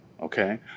okay